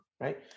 right